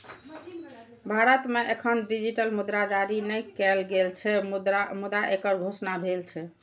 भारत मे एखन डिजिटल मुद्रा जारी नै कैल गेल छै, मुदा एकर घोषणा भेल छै